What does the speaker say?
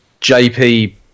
JP